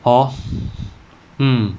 hor um